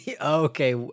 Okay